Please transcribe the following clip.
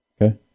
Okay